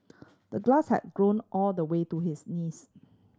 the grass had grown all the way to his knees